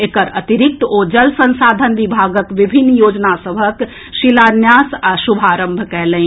एकर अतिरिक्त ओ जल संसाधन विभागक विभिन्न योजना सभक शिलान्यास आ शुभारंभ कएलनि